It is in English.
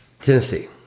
Tennessee